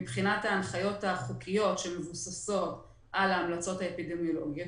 מבחינת ההנחיות החוקיות שמבוססות על ההמלצות האפידמיולוגיות,